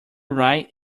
right